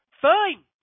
Fine